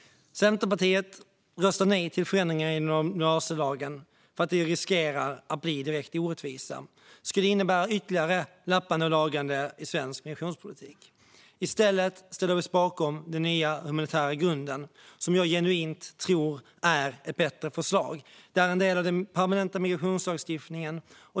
Centerpartiet röstar nej till förändringarna i gymnasielagen för att de riskerar att bli direkt orättvisa. De skulle innebära ytterligare lappande och lagande i svensk migrationspolitik. I stället ställer vi oss bakom den nya humanitära grunden, som jag genuint tror är ett bättre förslag och som är en del av den permanenta migrationslagstiftningen.